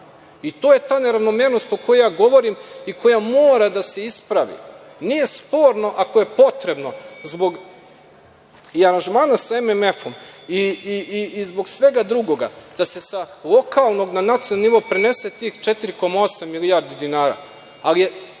i to je ta neravnomernost o kojoj ja govorim i koja mora da se ispravi. Nije sporno ako je potrebno zbog aranžmana sa MMF i zbog svega drugog da se sa lokanog na nacionalni nivo prenese tih 4,8 milijardi dinara,